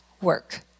work